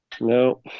No